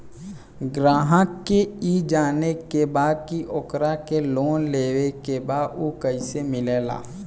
ग्राहक के ई जाने के बा की ओकरा के लोन लेवे के बा ऊ कैसे मिलेला?